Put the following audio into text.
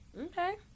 Okay